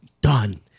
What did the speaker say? done